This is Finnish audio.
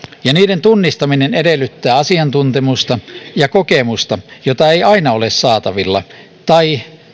ja niiden tunnistaminen edellyttää asiantuntemusta ja kokemusta jota ei aina ole saatavilla tai